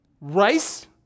rice